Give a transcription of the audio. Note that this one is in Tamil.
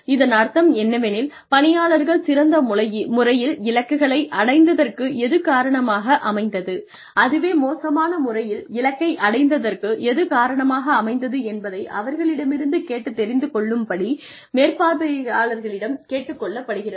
இதன் அர்த்தம் என்னவெனில் பணியாளர்கள் சிறந்த முறையில் இலக்கை அடைந்ததற்கு எது காரணமாக அமைந்தது அதுவே மோசமான முறையில் இலக்கை அடைந்ததற்கு எது காரணமாக அமைந்தது என்பதை அவர்களிடமிருந்து கேட்டுத் தெரிந்துகொள்ளும் படி மேற்பார்வையாளர்களிடம் கேட்டுக் கொள்ளப்படுகிறது